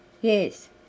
Yes